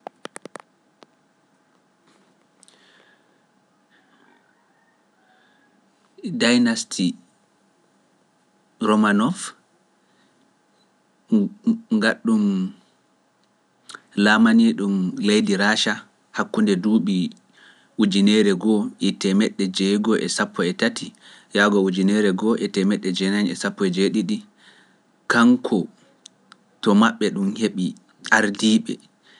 Dinasti Romanof, ngaɗ ɗum laamani ɗum leydi Raacha hakkunde duuɓi ujunere ngo e temetɗe jeego e sappo e tati, yaago ujunere ngo e temetɗe jeenayi e sappo e jeeɗiɗi, kanko to maɓɓe ɗum heɓi ardiiɓe.